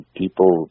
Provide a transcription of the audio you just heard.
people